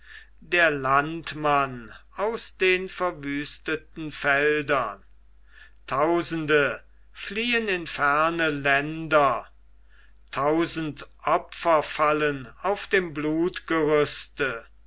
der landmann aus den verwüsteten feldern tausende fliehen in ferne länder tausend opfer fallen auf dem